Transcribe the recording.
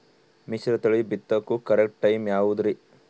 ಮಿಶ್ರತಳಿ ಬಿತ್ತಕು correct time ಯಾವುದರಿ?